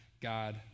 God